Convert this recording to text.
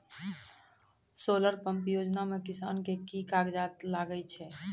Solar pump योजना म किसान के की कागजात लागै छै?